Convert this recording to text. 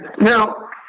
Now